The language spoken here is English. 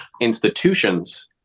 institutions